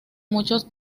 muchos